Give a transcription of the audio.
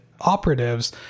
operatives